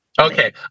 okay